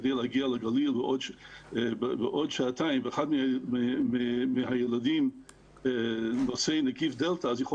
כדי להגיע לגליל בעוד שעתיים ואחד מהילדים נושא נגיף דלתא אז יכול